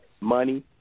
Money